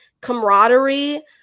camaraderie